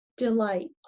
delight